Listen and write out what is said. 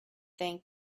think